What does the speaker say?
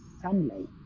sunlight